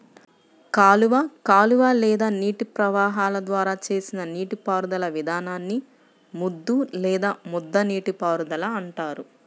కాలువ కాలువ లేదా నీటి ప్రవాహాల ద్వారా చేసిన నీటిపారుదల విధానాన్ని ముద్దు లేదా ముద్ద నీటిపారుదల అంటారు